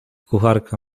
kucharka